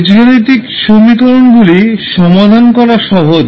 বীজগণিত সমীকরণগুলি সমাধান করা সহজ